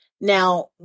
Now